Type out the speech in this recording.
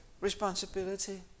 responsibility